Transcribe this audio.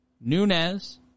Nunez